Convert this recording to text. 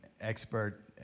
expert